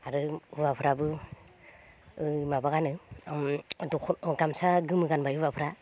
आरो हौवाफ्राबो ओ माबा गानो ओम गामसा गोमो गानबाय हौवाफ्रा